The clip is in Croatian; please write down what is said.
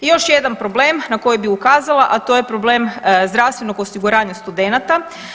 I još jedan problem na koji bi ukazala, a to je problem zdravstvenog osiguranja studenata.